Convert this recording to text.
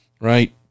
right